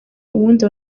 ubundi